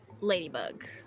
Ladybug